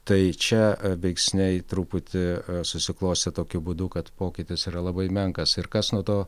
tai čia veiksniai truputį susiklostė tokiu būdu pokytis yra labai menkas ir kas nuo to